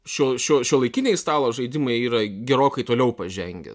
šiuo šiuo šiuolaikiniai stalo žaidimai yra gerokai toliau pažengę